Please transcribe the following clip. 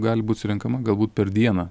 gali būt surenkama galbūt per dieną